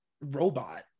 robot